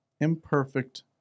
imperfect